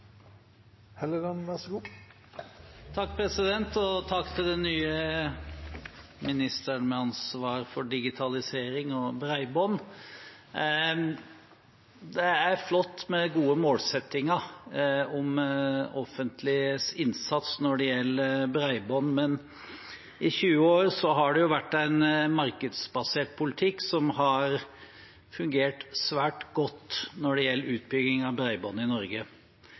flott med gode målsettinger for det offentliges innsats når det gjelder bredbånd, men i 20 år har det jo vært en markedsbasert politikk som har fungert svært godt for utbygging av bredbånd i Norge.